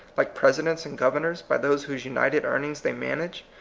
like presidents and governors, by those whose united earnings they manage,